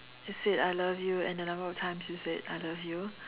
said I love you and the number of times you said I love you